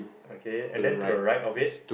okay and then to the right of it